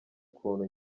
ukuntu